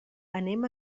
anem